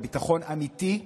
וביטחון אמיתי,